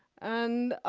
and